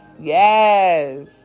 Yes